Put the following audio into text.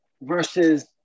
versus